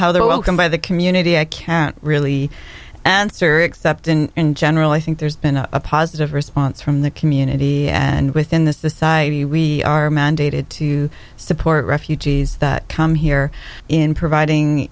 how they're welcomed by the community i can't really answer except in general i think there's been a positive response from the community and within the society we are mandated to support refugees that come here in providing